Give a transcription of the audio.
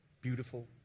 beautiful